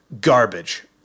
garbage